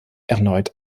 erneut